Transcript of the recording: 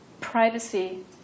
privacy